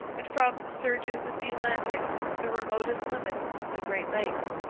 and from the surges of the atlantic to the remotest limits of the great lakes.